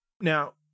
Now